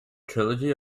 trilogy